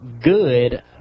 good